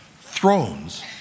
thrones